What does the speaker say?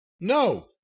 No